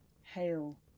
hail